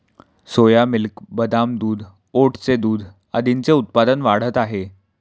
सोया milk, बदाम दूध, ओटचे दूध आदींचे उत्पादन वाढत आहे